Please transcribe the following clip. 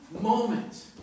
moment